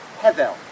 Hevel